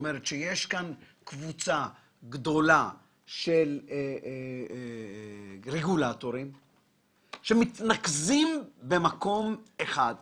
יש כאן קבוצה גדולה של רגולטורים שמתנקזים במקום אחד.